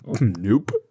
Nope